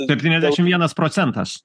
septyniasdešim vienas procentas